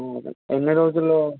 అదే ఎన్ని రోజుల్లో